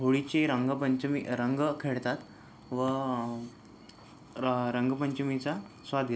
होळीचे रंगपंचमी रंग खेळतात व र रंगपंचमीचा स्वाद घेतात